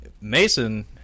Mason